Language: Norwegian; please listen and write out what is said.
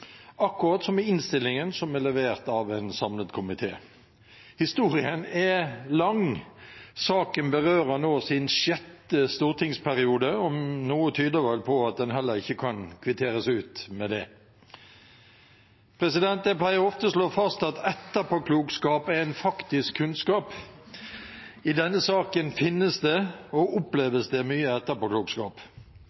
akkurat som i innstillingen som er levert av en samlet komité. Historien er lang. Saken berører nå sin sjette stortingsperiode, og noe tyder vel på at den heller ikke kan kvitteres ut med det. Jeg pleier ofte å slå fast at etterpåklokskap er en faktisk kunnskap. I denne saken finnes det og